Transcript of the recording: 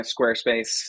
Squarespace